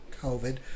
COVID